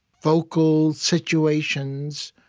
focal situations,